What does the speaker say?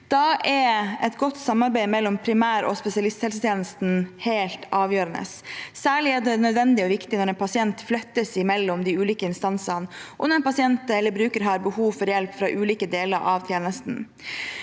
Da er et godt samarbeid mellom primær- og spesialisthelsetjenesten helt avgjørende. Særlig er det nødvendig og viktig når en pasient flyttes mellom de ulike instansene, og når en pasient eller bruker har behov for hjelp fra ulike deler av tjenesten.